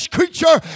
creature